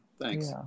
Thanks